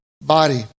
body